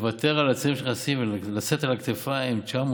לוותר על הצעירים שנכנסים ולשאת על הכתפיים כמעט 900,000?